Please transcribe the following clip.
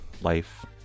life